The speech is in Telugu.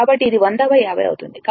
కాబట్టి ఇది 100 50 అవుతుంది